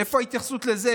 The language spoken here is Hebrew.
איפה ההתייחסות לזה?